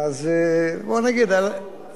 אירוע חמור.